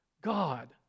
God